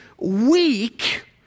weak